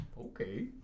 Okay